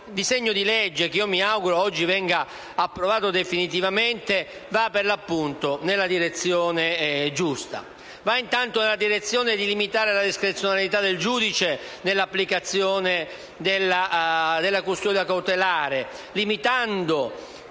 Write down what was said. Il disegno di legge in esame, che mi auguro venga oggi approvato definitivamente, va per l'appunto nella direzione giusta. Esso va intanto nella direzione di limitare la discrezionalità del giudice nell' applicazione della custodia cautelare, limitando